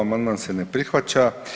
Amandman se ne prihvaća.